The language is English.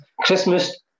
Christmas